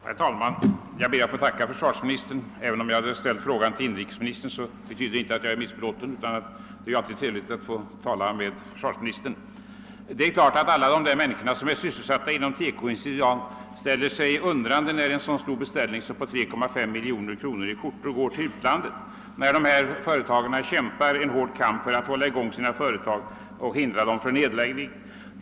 Herr talman! Jag ber att få tacka försvarsministern för svaret. Även om jag ställde min fråga till inrikesministern, är jag inte missbelåten, ty det är alltid trevligt att få tala med försvarsministern. Det är klart att de människor som är sysselsatta inom TEKO-industrin ställer sig undrande över att en så stor beställning som skjortor för 3,5 miljoner kronor går till utlandet, när våra egna textilföretag kämpar en hård kamp för att hålla driften i gång och undvika en nedläggning.